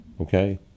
okay